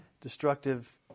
destructive